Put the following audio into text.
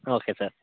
okay sir